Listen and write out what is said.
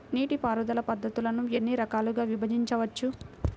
నీటిపారుదల పద్ధతులను ఎన్ని రకాలుగా విభజించవచ్చు?